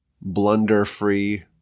blunder-free